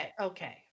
Okay